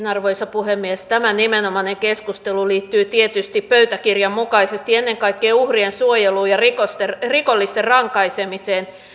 arvoisa puhemies tämä nimenomainen keskustelu liittyy tietysti pöytäkirjan mukaisesti ennen kaikkea uhrien suojeluun ja rikollisten rankaisemiseen